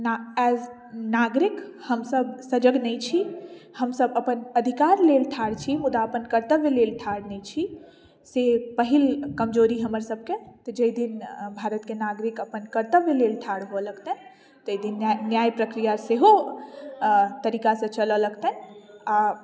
age नागरिक हमसभ सजग नहि छी हमसभ अपन अधिकार लेल ठाढ़ छी मुदा अपन कर्तव्य लेल ठाढ़ नहि छी से पहिल कमजोरी हमरसभके जाहि दिन भारतके नागरिक अपन कर्तव्य लेल ठाढ़ हुअ लगतै ताहि दिन न्या न्याय प्रक्रिया सेहो तरीकासँ चलऽ लगतनि आ